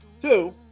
Two